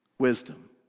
wisdom